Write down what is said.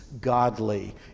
godly